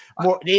more